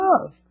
love